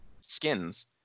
skins